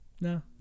no